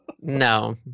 No